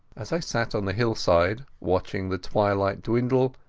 as i sat on the hillside, watching the tail-light dwindle,